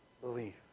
believe